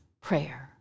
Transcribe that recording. prayer